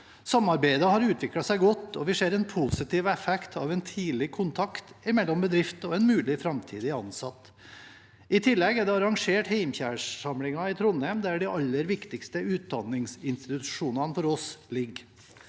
Samarbeidet har utviklet seg godt, og vi ser en positiv effekt av en tidlig kontakt mellom bedriften og en mulig framtidig ansatt. I tillegg er det arrangert «heimkjær»-samlinger i Trondheim, der de aller viktigste utdanningsinstitusjonene for oss ligger.